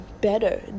better